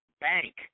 bank